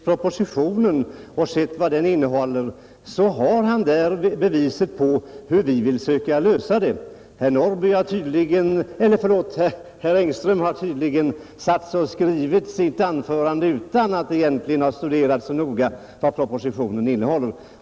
Herr talman! Om herr Engström hade läst propositionen, så hade han sett hur vi vill försöka lösa problemet. Herr Engström har tydligen skrivit sitt anförande utan att ha studerat så noga vad propositionen innehåller.